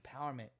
empowerment